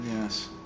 Yes